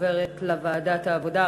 לוועדת העבודה,